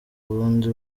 ubundi